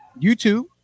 youtube